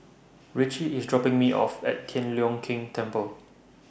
Richie IS dropping Me off At Tian Leong Keng Temple